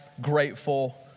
grateful